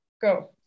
Go